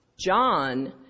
John